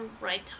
right